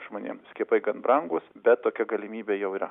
žmonėm skiepai gan brangūs bet tokia galimybė jau yra